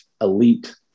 elite